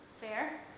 Fair